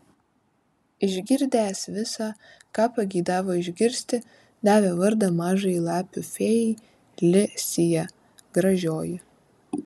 išgirdęs visa ką pageidavo išgirsti davė vardą mažajai lapių fėjai li sija gražioji